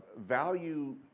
Value